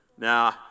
Now